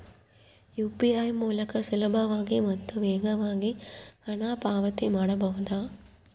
UPI ಮೂಲಕ ಸುಲಭವಾಗಿ ಮತ್ತು ವೇಗವಾಗಿ ಹಣ ಪಾವತಿ ಮಾಡಬಹುದಾ?